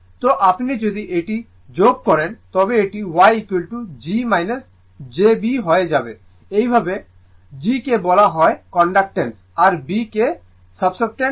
তো আপনি যদি এটি যোগ করেন তবে এটি Yg j b হয়ে যাবে এইভাবে g কে বলা হয় কন্ডাক্টন্স আর b কে সাসেপ্টেন্স বলা হয়